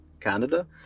Canada